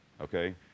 okay